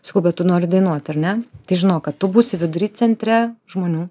sakau bet tu nori dainuot ar ne tai žinok kad tu būsi vidury centre žmonių